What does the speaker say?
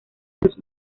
los